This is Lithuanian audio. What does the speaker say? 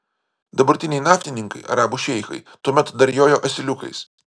dabartiniai naftininkai arabų šeichai tuomet dar jojo asiliukais